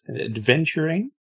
adventuring